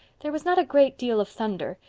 there was not a great deal of thunder,